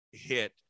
hit